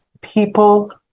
people